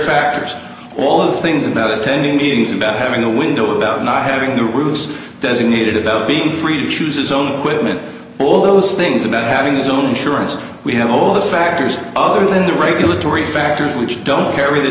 factors all of the things about attending meetings about having a window about not having new rules designated about being free to choose his own quitman all those things about having his own shuras we have all the factors other than the regulatory factors which don't carry the